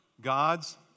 God's